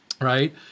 right